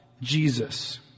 Jesus